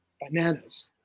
bananas